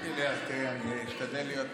אני אשתדל להיות מקורי.